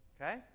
Okay